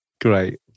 Great